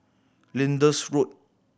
Lyndhurst Road